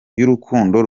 y’urukundo